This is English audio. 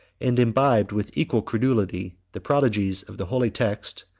and imbibed, with equal credulity, the prodigies of the holy text,